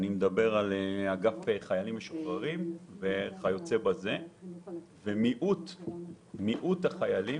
אגף חיילים משוחררים וכיוצא בזה ומיעוט החיילים